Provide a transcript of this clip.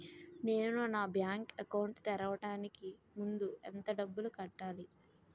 నేను నా bank account తెరవడానికి ముందు ఎంత డబ్బులు కట్టాలి?